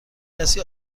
کسی